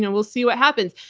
and we'll see what happens.